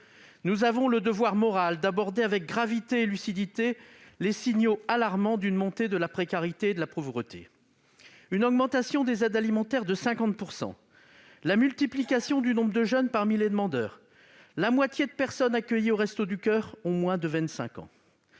nous avons le devoir moral d'aborder avec gravité et lucidité les signaux alarmants d'une montée de la précarité et de la pauvreté : une augmentation de 50 % des aides alimentaires, la multiplication du nombre de jeunes parmi les demandeurs- la moitié des personnes accueillies aux Restos du coeur ont moins de 25 ans.